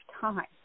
time